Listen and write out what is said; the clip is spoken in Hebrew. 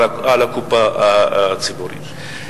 גם על הקופה הציבורית.